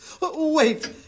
Wait